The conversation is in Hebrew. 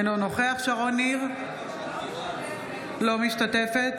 אינו נוכח שרון ניר, אינה משתתפת